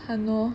!hannor!